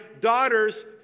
daughters